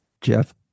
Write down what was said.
Jeff